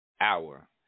hour